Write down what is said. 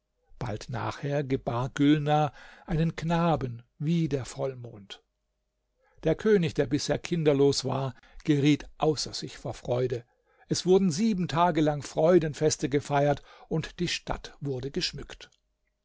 bald nachher gebar gülnar einen knaben wie der vollmond der könig der bisher kinderlos war geriet außer sich vor freude es wurden sieben tage lang freudenfeste gefeiert und die stadt wurde geschmückt